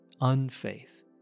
unfaith